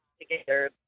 together